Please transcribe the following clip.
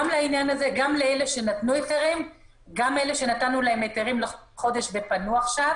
גם לאלה שנתנו היתרים לחודש ופנו עכשיו